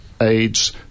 aids